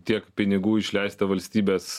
tiek pinigų išleista valstybės